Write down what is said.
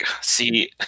See